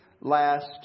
last